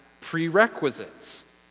prerequisites